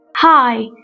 Hi